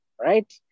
right